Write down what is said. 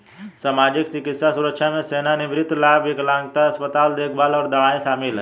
सामाजिक, चिकित्सा सुरक्षा में सेवानिवृत्ति लाभ, विकलांगता, अस्पताल देखभाल और दवाएं शामिल हैं